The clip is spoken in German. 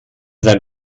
sein